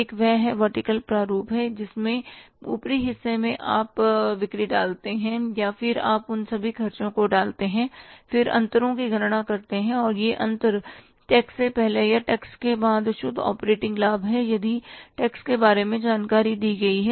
एक वह वर्टिकल प्रारूप है जिसमें ऊपरी हिस्से में आप बिक्री डालते हैं और फिर आप उन सभी खर्चों को डालते हैं फिर अंतरों की गणना करते हैं और यह अंतर टैक्स से पहले या टैक्स के बाद शुद्ध ऑपरेटिंग लाभ है यदि टैक्स के बारे में जानकारी दी गई है